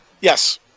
Yes